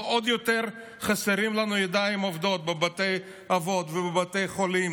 אבל עוד יותר חסרות לנו ידיים עובדות בבתי אבות ובבתי חולים,